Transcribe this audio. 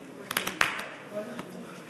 מתכבד להזמין את חבר הכנסת